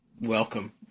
Welcome